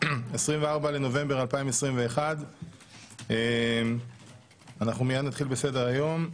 24 בנובמבר 2021. מייד נתחיל בסדר-היום.